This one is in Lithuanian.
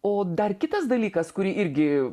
o dar kitas dalykas kurį irgi